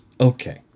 Okay